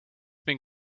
been